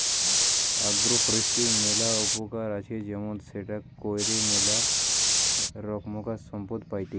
agro ফরেষ্ট্রীর ম্যালা উপকার আছে যেমন সেটা কইরে ম্যালা রোকমকার সম্পদ পাইতেছি